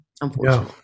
unfortunately